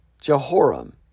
Jehoram